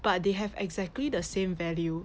but they have exactly the same value